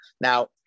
now